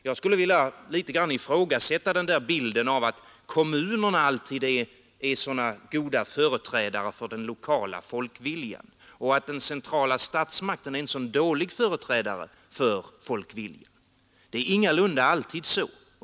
Jag skulle vilja något ifrågasätta att kommunerna alltid är så goda företrädare för den lokala folkviljan och att den centrala statsmakten är en så dålig företrädare för folkviljan. Det är ingalunda alltid så.